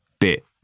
bit